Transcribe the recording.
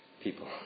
people